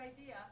idea